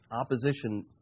opposition